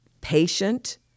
patient